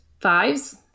Fives